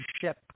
ship